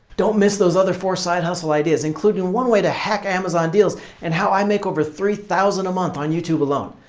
don't miss those other four side hustle ideas including one way to hack amazon deals and how i make over three thousand a month on youtube alone.